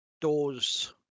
doors